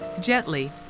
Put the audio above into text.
Gently